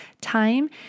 time